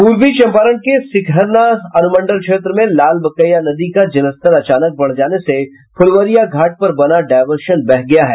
पूर्वी चंपारण के सिकहरना अनुमंडल क्षेत्र में लाल बकेया नदी का जलस्तर अचानक बढ़ जाने से फुलवरियाघाट पर बना डायवर्सन बह गया है